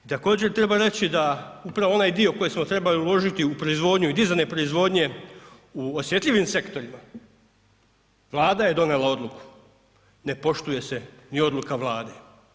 Također treba reći da upravo onaj dio koji smo trebali uložiti u proizvodnju i dizanje proizvodnje u osjetljivim sektorima Vlada je donijela odluku, ne poštuje se ni odluka Vlade.